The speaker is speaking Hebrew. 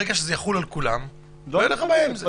ברגע שזה יחול על כולם לא תהיה לכם בעיה עם זה.